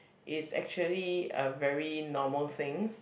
is actually a very normal thing